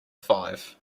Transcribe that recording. five